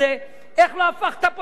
איך תנהל את שירותי הדת?